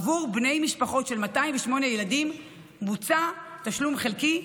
עבור בני משפחות של 208 ילדים בוצע תשלום חלקי,